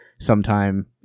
sometime